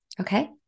okay